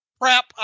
crap